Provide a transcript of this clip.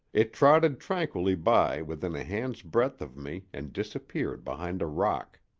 it trotted tranquilly by within a hand's breadth of me and disappeared behind a rock.